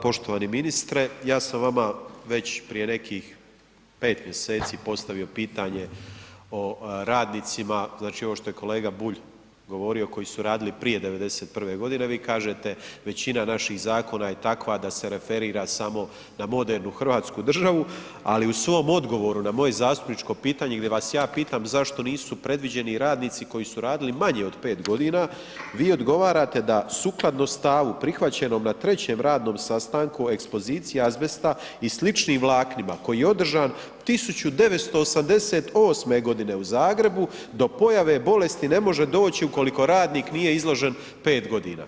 Poštovani ministre ja sam vama već prije nekih 5 mjeseci postavio pitanje o radnicima znači ovo što je kolega Bulj govorio koji su radili prije '91. godine, vi kažete većina naših zakona je takva da se referira samo na modernu hrvatsku državu, ali u svom odgovoru na moje zastupničko pitanje gdje vas ja pitam zašto nisu predviđeni i radnici koji su radi i manje od 5 godina, vi odgovarate da sukladno stavu prihvaćenom na 3. radnom sastanku o ekspoziciji azbesta i sličnim vlaknima koji je održan 1988. godine u Zagrebu do pojave bolesti ne može doći ukoliko radnik nije izložen 5 godina.